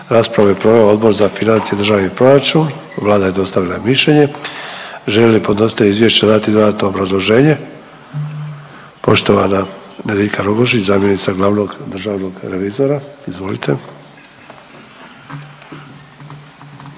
Raspravu je proveo Odbor za financije i državni proračun. Vlada je dostavila mišljenje. Želi li podnositelj izvješća dati dodatno obrazloženje. Poštovana Nediljka Rogošić, zamjenica glavnog državnog revizora. Izvolite.